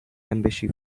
embassy